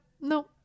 No